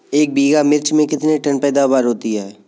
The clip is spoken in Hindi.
एक बीघा मिर्च में कितने टन पैदावार होती है?